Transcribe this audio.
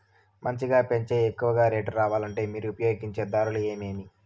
మంచిగా పెంచే ఎక్కువగా రేటు రావాలంటే మీరు ఉపయోగించే దారులు ఎమిమీ?